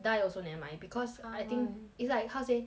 die also never mind because I think !huh! why it's like how say